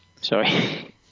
sorry